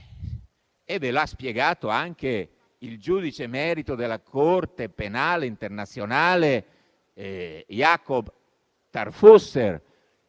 vi ha spiegato anche il giudice emerito della Corte penale internazionale Cuno Jakob Tarfusser,